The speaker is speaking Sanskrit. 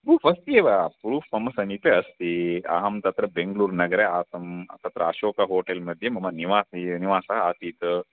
प्रूफ़् अस्ति एव प्रूफ़् मम समीपे अस्ति अहं तत्र बेङ्गलूर्नगरे आसम् तत्र अशोक होटेल्मध्ये मम निवासः निवासः आसीत्